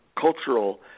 Cultural